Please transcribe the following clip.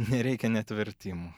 nereikia net vertimų